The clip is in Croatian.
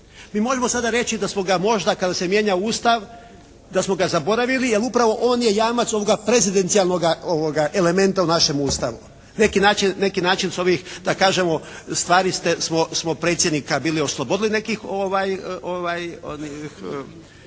Mi možemo sada reći da smo ga možda kada se mijenja Ustav da smo ga zaboravili jer upravo on je jamac ovoga prezidijalanoga elementa u našem Ustavu. Na neki način su ovih da kažemo ovih stvari smo predsjednika bili oslobodili nekih